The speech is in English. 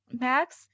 Max